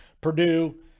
Purdue